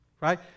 right